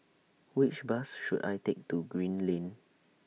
Which Bus should I Take to Green Lane